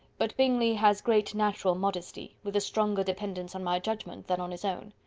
but bingley has great natural modesty, with a stronger dependence on my judgement than on his own.